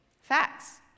Facts